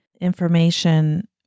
information